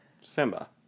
Simba